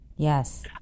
Yes